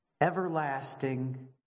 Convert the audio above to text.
everlasting